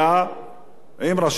עם נציגי משרד הפנים.